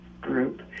group